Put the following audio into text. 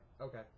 Okay